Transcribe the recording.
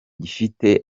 gifitiye